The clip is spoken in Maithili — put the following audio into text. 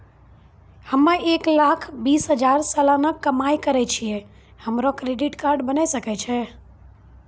हम्मय एक लाख बीस हजार सलाना कमाई करे छियै, हमरो क्रेडिट कार्ड बने सकय छै?